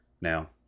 now